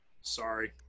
Sorry